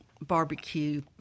barbecue